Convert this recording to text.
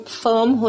firm